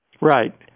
Right